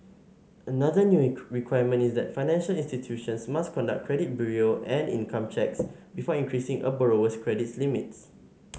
another new requirement is that financial institutions must conduct credit bureau and income checks before increasing a borrower's credit's limits